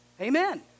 amen